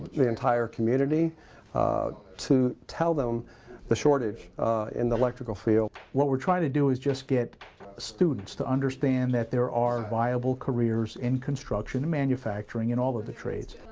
the entire community to tell them the shortage in the electrical field. what we're trying to do is just get students to understand that there are viable careers in construction and manufacturing and all of the trades.